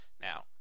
Now